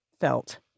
felt